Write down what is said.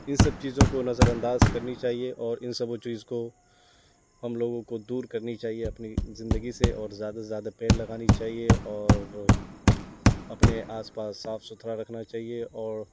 ان سب چیزوں کو نظرانداز کرنی چاہیے اور ان سبھی چیز کو ہم لوگوں کو دور کرنی چاہیے اپنی زندگی سے اور زیادہ سے زیادہ پیڑ لگانی چاہیے اور اپنے آس پاس صاف ستھرا رکھنا چاہیے اور